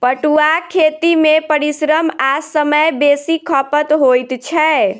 पटुआक खेती मे परिश्रम आ समय बेसी खपत होइत छै